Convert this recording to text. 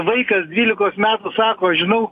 vaikas dvylikos metų sako aš žinau